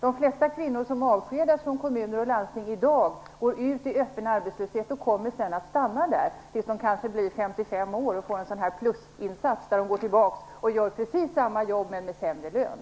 De flesta kvinnor som avskedas från kommuner och landsting i dag går ut i öppen arbetslöshet och kommer sedan att stanna där tills de kanske blir 55 år och får en sådan här plusinsats som innebär att de gör precis samma jobb, men med sämre lön.